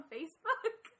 Facebook